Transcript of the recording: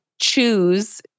choose